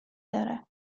داره